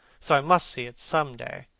so i must see it some day,